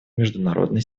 международной